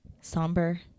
somber